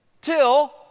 Till